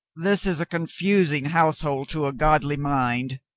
this is a confusing household to a godly mind.